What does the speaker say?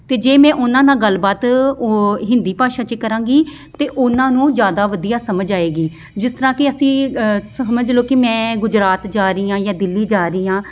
ਅਤੇ ਜੇ ਮੈਂ ਉਹਨਾਂ ਨਾਲ ਗੱਲਬਾਤ ਹਿੰਦੀ ਭਾਸ਼ਾ 'ਚ ਕਰਾਂਗੀ ਤਾਂ ਉਹਨਾਂ ਨੂੰ ਜ਼ਿਆਦਾ ਵਧੀਆ ਸਮਝ ਆਏਗੀ ਜਿਸ ਤਰ੍ਹਾਂ ਕਿ ਅਸੀਂ ਸਮਝ ਲਉ ਕਿ ਮੈਂ ਗੁਜਰਾਤ ਜਾ ਰਹੀ ਹਾਂ ਜਾਂ ਦਿੱਲੀ ਜਾ ਰਹੀ ਹਾਂ